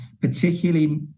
particularly